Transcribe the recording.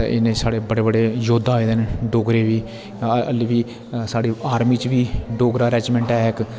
ते ऐ ने साढ़े बड़े बड़े योद्धा होये दे न डोगरे बी हल्ले बी साढ़ी आर्मी च बी डोगरा रज मेन्ट ऐ इक